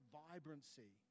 vibrancy